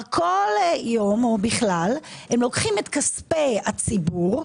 כל יום או בכלל הם לוקחים כספי הציבור,